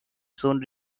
soon